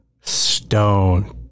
Stone